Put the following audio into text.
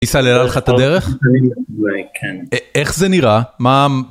ניסה להראה לך את הדרך? איך זה נראה? מה?